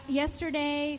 yesterday